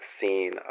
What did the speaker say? scene